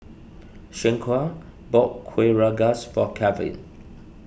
Shanequa bought Kuih Rengas for Kelvin